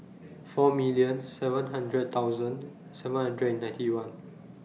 four million seven hundred thousand seven hundred and ninety one